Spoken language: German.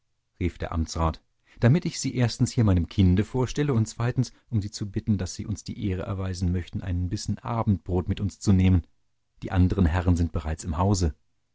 rief der amtsrat damit ich sie erstens hier meinem kinde vorstelle und zweitens um sie zu bitten daß sie uns die ehre erweisen möchten einen bissen abendbrot mit uns zu nehmen die anderen herren sind bereits im hause